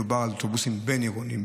מדובר על אוטובוסים בין-עירוניים.